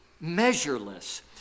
measureless